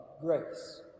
grace